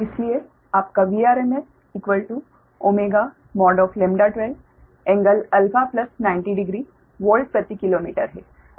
इसलिए आपका Vrmsω 12∟α900 volt प्रति किलोमीटर है